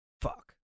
Fuck